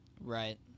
Right